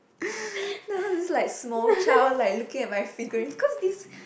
there was this like small child like looking at my figurines because this